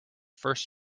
first